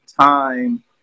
time